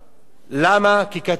כי כתוב: "ויהפך ה'